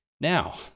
Now